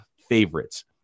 favorites